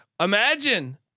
imagine